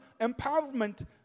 empowerment